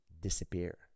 disappear